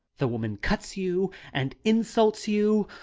the woman cuts you and insults you.